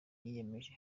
yiyemeje